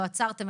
לא עצרתם,